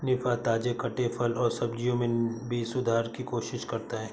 निफा, ताजे कटे फल और सब्जियों में भी सुधार की कोशिश करता है